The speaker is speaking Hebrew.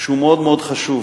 שהוא מאוד מאוד חשוב,